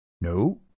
No